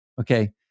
Okay